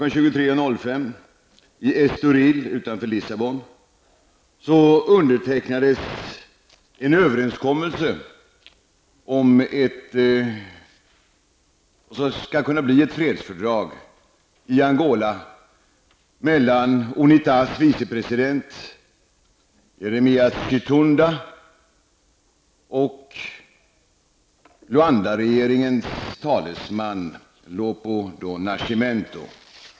23.05 i Estoril utanför Lissabon undertecknades en överenskommelse om någonting som skulle kunna bli ett fredsfördrag i Chitunda och Luandaregeringens talesman Lopo do Nascimento.